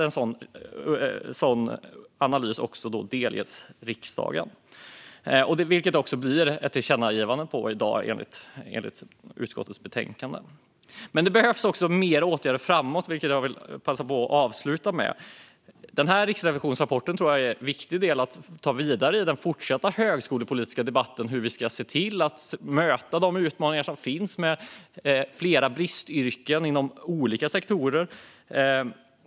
En sådan analys bör delges riksdagen. I utskottets betänkande finns därför ett tillkännagivande om detta. Jag vill passa på och säga att det därtill behövs mer åtgärder framöver. Riksrevisionsrapporten är en viktig del för att komma vidare i den fortsatta högskolepolitiska debatten. Hur möter vi de utmaningar som finns i och med flera bristyrken inom olika sektorer?